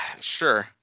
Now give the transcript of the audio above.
Sure